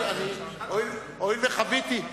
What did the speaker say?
הואיל וחוויתי,